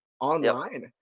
online